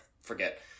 forget